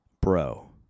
bro